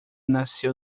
nasceu